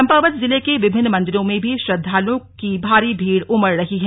चम्पावत जिले के विभिन्न मन्दिरों में भी श्रद्वालुओं की भारी भीड़ उमड़ रही है